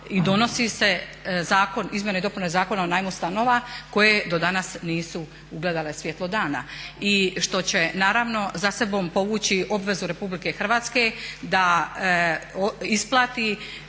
i donosi se Izmjene i dopune Zakona o najmu stanova koje do danas nisu ugledale svjetlo dana. I što će naravno za sobom povući obvezu Republike Hrvatske da isplati